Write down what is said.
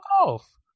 off